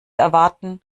erwarten